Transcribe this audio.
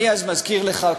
אז אני מזכיר לך,